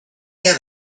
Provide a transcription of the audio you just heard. get